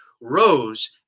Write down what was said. rose